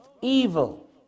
evil